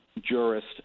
jurist